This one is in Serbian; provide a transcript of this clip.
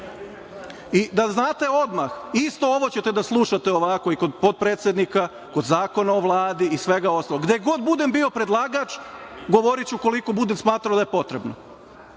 da znate odmah, isto ovo ćete da slušate ovako i kod potpredsednika, kod Zakona o Vladi i svega ostalog, gde god budem bio predlagač govoriću koliko budem smatrao da je potrebno,